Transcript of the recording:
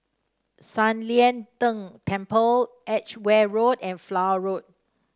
San Lian Deng Temple Edgware Road and Flower Road